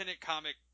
comic